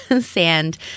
sand